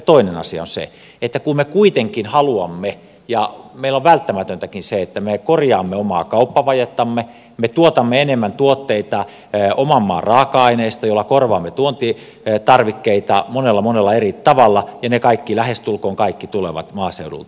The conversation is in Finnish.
toinen asia on se että me kuitenkin haluamme ja meillä on välttämätöntäkin se että me korjaamme omaa kauppavajettamme me tuotamme enemmän tuotteita oman maan raaka aineista joilla korvaamme tuontitarvikkeita monella monella eri tavalla ja ne kaikki lähestulkoon kaikki tulevat maaseudulta